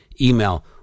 email